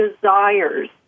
desires